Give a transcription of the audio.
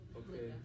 okay